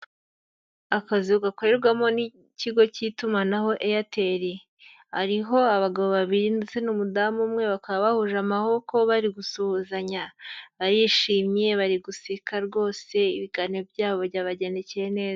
Akazu gakorerwamo n'ikigo k'itumanaho Airtel, ariho abagabo babiri ndetse n'umudamu umwe bakaba bahuje amaboko bari gusuhuzanya. Barishimye bari guseka rwose, ibiganiro byabo byabagendekeye neza.